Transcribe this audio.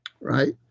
Right